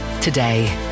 today